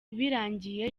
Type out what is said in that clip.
birangiye